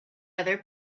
other